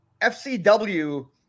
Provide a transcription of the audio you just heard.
FCW